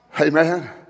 Amen